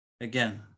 again